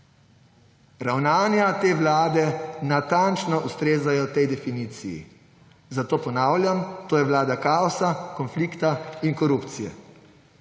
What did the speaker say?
Ravnanja te vlade natančno ustrezajo tej definiciji, zato ponavljam: to je vlada kaosa, konflikta in korupcije.